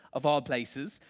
of all places,